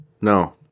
No